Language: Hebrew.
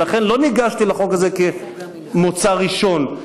ולכן, לא ניגשתי לחוק הזה כמוצא ראשון,